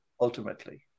Ultimately